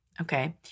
okay